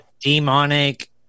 demonic